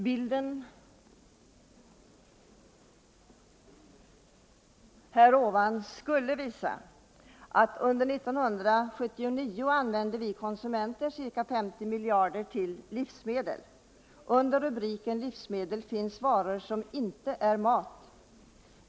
Under år 1979 använde vi konsumenter ca 50 miljarder till livsmedel. Under rubriken livsmedel finns varor som inte är mat.